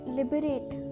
liberate